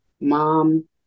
mom